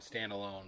standalone